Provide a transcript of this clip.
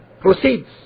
proceeds